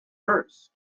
first